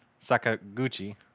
Sakaguchi